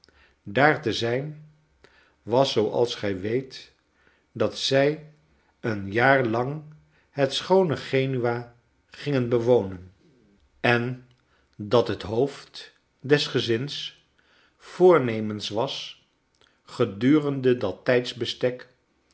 daar te zijn was zooals gij weet dat zij een jaar langhet schoone genua gingen bewonen en dat het hoofd des gezins voornemens was gedurende dat tijdsbestek